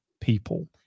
people